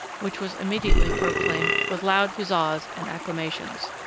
which was immediately proclaimed with loud huzzas and acclamations.